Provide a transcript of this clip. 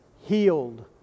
healed